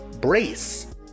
Brace